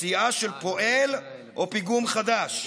פציעה של פועל או פיגום חדש?